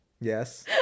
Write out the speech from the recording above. Yes